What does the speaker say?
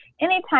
Anytime